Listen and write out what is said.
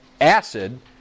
acid